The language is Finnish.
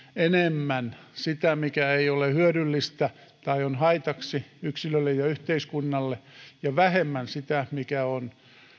enemmän sitä mikä ei ole hyödyllistä tai on haitaksi yksilölle ja yhteiskunnalle ja vähemmän sitä mikä on